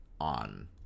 on